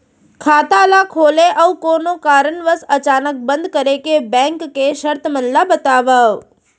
खाता ला खोले अऊ कोनो कारनवश अचानक बंद करे के, बैंक के शर्त मन ला बतावव